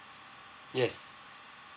yes